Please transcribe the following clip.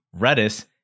Redis